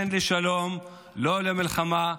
כן לשלום, לא למלחמה.